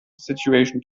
situation